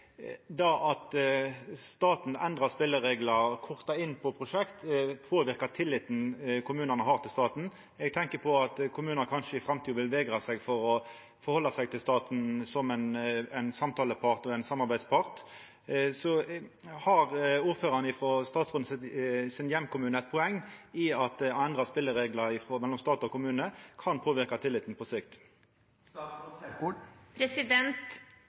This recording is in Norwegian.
at staten endrar spelereglane og kortar inn på prosjekt, påverkar tilliten kommunane har til staten. Eg tenkjer på at kommunane i framtida kanskje vil vegra seg for å forhalda seg til staten som samtalepart og samarbeidspart. Har ordføraren frå statsråden sin heimkommune eit poeng i at å endra spelereglane frå stat og kommune kan påverka tilliten på sikt?